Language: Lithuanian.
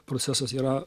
procesas yra